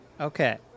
Okay